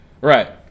right